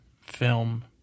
film